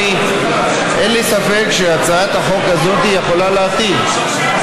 אין לי ספק שהצעת החוק הזאת יכולה להתאים,